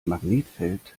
magnetfeld